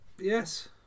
Yes